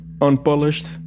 Unpolished